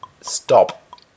Stop